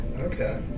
okay